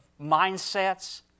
mindsets